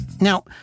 Now